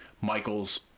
Michaels